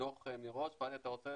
דוח מראש.